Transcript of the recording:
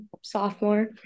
sophomore